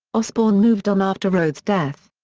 osbourne moved on after rhoads' death.